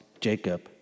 Jacob